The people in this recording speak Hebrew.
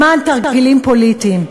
למען תרגילים פוליטיים.